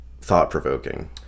thought-provoking